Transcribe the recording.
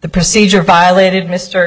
the procedure violated mr